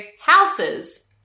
houses